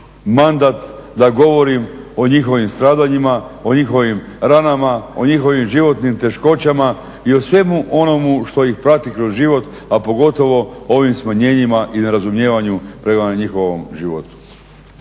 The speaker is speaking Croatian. mandat da govorim o njihovim stradanjima, o njihovim ranama o njihovim životnim teškoćama i o svemu onomu što ih prati kroz život, a pogotovo ovim smanjenjima i nerazumijevanju prema njihovom životu.